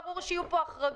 ברור שיהיו פה החרגות,